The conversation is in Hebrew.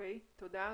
תודה.